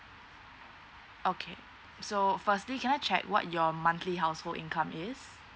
okay so firstly can I check what your monthly household income is